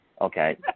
Okay